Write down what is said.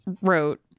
wrote